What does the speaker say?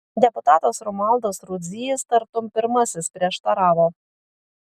deputatas romualdas rudzys tartum pirmasis prieštaravo